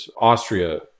austria